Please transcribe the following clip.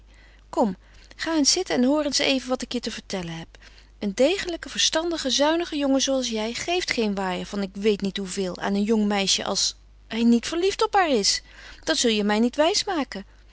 kom ga eens zitten en hoor eens even wat ik je te vertellen heb een degelijke verstandige zuinige jongen zooals jij geeft geen waaier van ik weet niet hoeveel aan een jong meisje als hij niet verliefd op haar is dat zul je mij niet wijsmaken